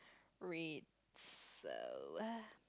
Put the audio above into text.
red so uh